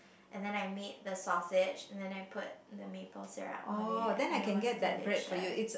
and then I made the sausage and then I put the maple syrup on it and it was delicious